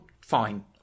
fine